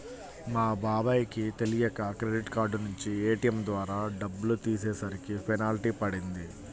మా బాబాయ్ కి తెలియక క్రెడిట్ కార్డు నుంచి ఏ.టీ.యం ద్వారా డబ్బులు తీసేసరికి పెనాల్టీ పడింది